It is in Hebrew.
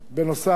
בנוסף,